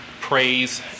praise